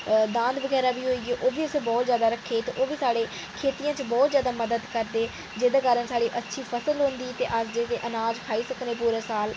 दांद बगैरा जेह्के होई गे ओह् बी असें बहुत जैदा रक्खे दे ते ओह् बी खेती च बहुत जैदा मदद करदे जेह्दे कारण साढ़ी अच्छी फसल होंदी ते अस जेह्का अनाज खाई सकने पूरे साल